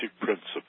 principles